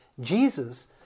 Jesus